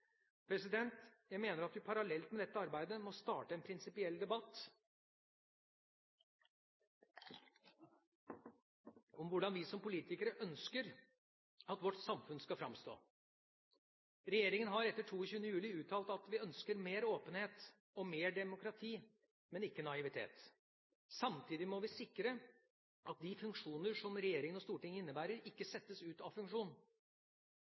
Jeg mener at vi parallelt med dette arbeidet må starte en prinsipiell debatt om hvordan vi som politikere ønsker at vårt samfunn skal framstå. Regjeringa har etter 22. juli uttalt at vi ønsker mer åpenhet og mer demokrati, men ikke naivitet. Samtidig må vi sikre at de funksjoner som regjeringa og Stortinget innebærer, ikke settes ut av funksjon.